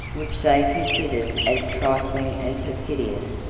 which they considered as trifling and perfidious,